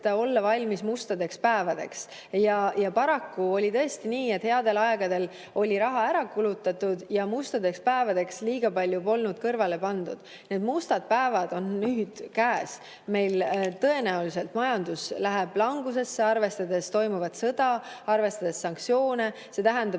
et olla valmis mustadeks päevadeks. Paraku oli tõesti nii, et headel aegadel oli raha ära kulutatud ja mustadeks päevadeks polnud palju kõrvale pandud. Need mustad päevad on nüüd käes. Meil läheb majandus tõenäoliselt langusesse, arvestades toimuvat sõda, arvestades sanktsioone. See tähendab